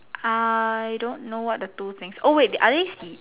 I don't know what the two things oh wait they are they seed